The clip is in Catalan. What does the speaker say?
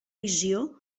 visió